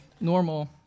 normal